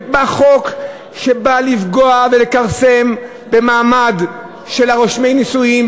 זה חוק שבא לפגוע ולכרסם במעמד של רושמי הנישואין,